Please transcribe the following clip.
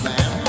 Man